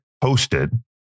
posted